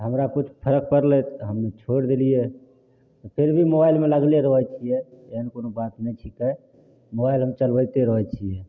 हमरा किछु फरक पड़लै तऽ हम छोड़ि देलियै फिर भी मोबाइलमे लागले रहय छियै एहन कोनो बात नहि छिकै मोबाइल हम चलबैते रहै छियै